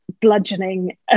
bludgeoning